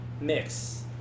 mix